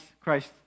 Christ